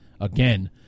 again